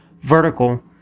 vertical